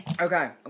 okay